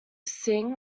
singh